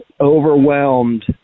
overwhelmed